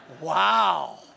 wow